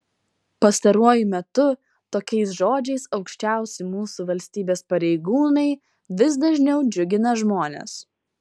pastaruoju metu tokiais žodžiais aukščiausi mūsų valstybės pareigūnai vis dažniau džiugina žmones